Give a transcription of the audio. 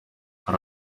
hari